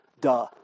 Duh